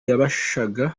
yabashaga